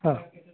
ହଁ